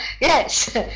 Yes